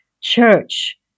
church